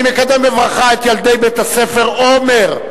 אני מקדם בברכה את ילדי בית-הספר "עומר"